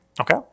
Okay